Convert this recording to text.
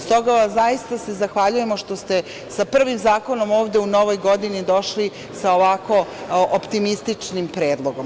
Stoga vam se zaista zahvaljujemo što ste sa prvim zakonom ovde u novoj godini došli sa ovako optimističnim predlogom.